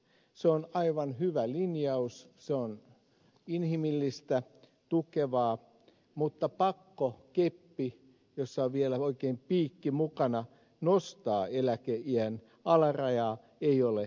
se on aivan hyvä linjaus se on inhimillistä tukevaa mutta pakko keppi jossa on vielä oikein piikki mukana nostaa eläkeiän alarajaa ei ole järkevä